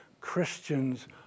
Christians